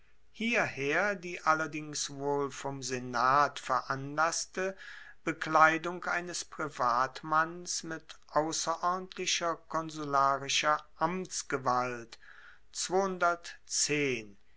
hierher die allerdings wohl vom senat veranlasste bekleidung eines privatmanns mit ausserordentlicher konsularischer